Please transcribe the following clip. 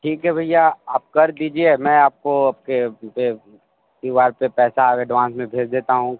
ठीक है भैया आप कर दीजिए मैं आपको आपके क्यूआर पे पैसा एडवांस में भेज देता हूँ